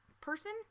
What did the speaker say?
person